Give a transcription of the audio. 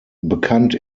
bekannt